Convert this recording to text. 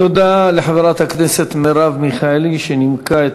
תודה לחברת הכנסת מרב מיכאלי שנימקה את